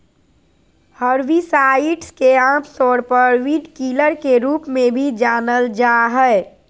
herbicides के आमतौर पर वीडकिलर के रूप में भी जानल जा हइ